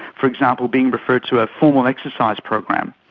for example, being referred to a formal exercise program.